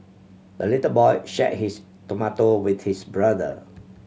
the little boy shared his tomato with his brother